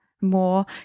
more